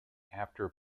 after